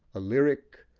a lyric,